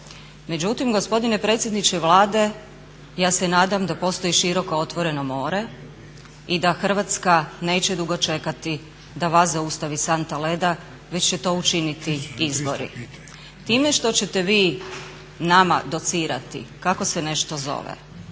Međutim, gospodine predsjedniče Vlade ja se nadam da postoji široko otvoreno more i da Hrvatska neće dugo čekati da vas zaustavi santa leda već će to učiniti izbori. Time što ćete vi nama docirati kako se nešto zove